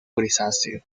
grisáceo